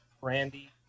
brandy